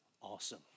awesome